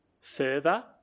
further